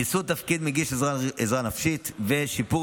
מיסוד תפקיד מגיש עזרה נפשית ושיפור